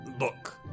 Look